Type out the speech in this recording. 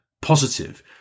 positive